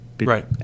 Right